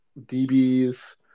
DBs